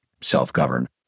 self-govern